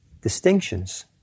distinctions